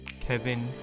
Kevin